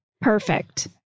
Perfect